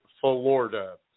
Florida